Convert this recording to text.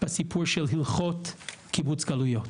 בסיפור של הלכות קיבוץ גלויות.